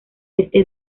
este